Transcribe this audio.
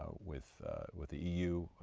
ah with with the eu.